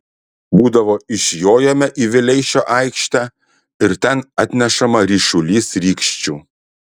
būdavo išjojame į vileišio aikštę ir ten atnešama ryšulys rykščių